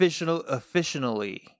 Officially